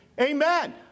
Amen